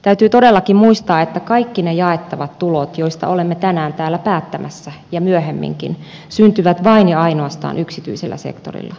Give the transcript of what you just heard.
täytyy todellakin muistaa että kaikki ne jaettavat tulot joista olemme tänään täällä päättämässä ja myöhemminkin syntyvät vain ja ainoastaan yksityisellä sektorilla